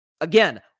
Again